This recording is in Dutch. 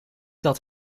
dat